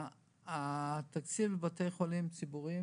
התקציב בבתי החולים הציבוריים